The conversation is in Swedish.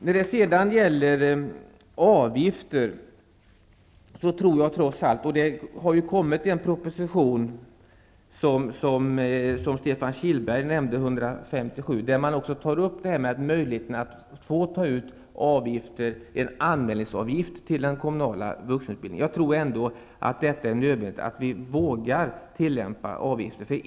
När det sedan gäller avgifter vill jag säga att det har kommit en proposition, som Stefan Kihlberg nämnde, nr 157, enligt vilken det skall ges möjlighet att ta ut en anmälningsavgift i den kommunala vuxenutbildningen. Jag tror att det är nödvändigt att tillämpa avgifter.